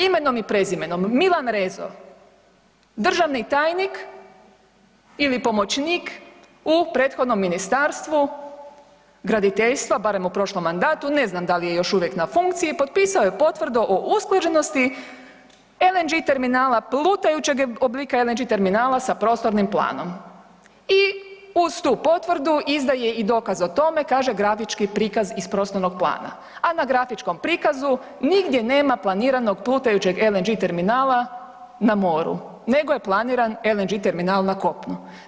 Imenom i prezimenom, Milan Rezo, državni tajnik ili pomoćnik u prethodnom ministarstvu graditeljstva, barem u prošlom mandatu, ne znam da li je još uvijek na funkciji, potpisao je potvrdu o usklađenosti LNG terminala, plutajućeg oblika LNG terminala sa prostornim planom i uz tu potvrdu izdaje i dokaz o tome, kaže grafički prikaz iz prostornog plana a grafičkom prikazu nigdje nema planiranog plutajućeg LNG terminala na moru nego je planiran LNG terminal na kopnu.